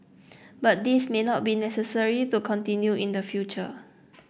but this may not necessary to continue in the future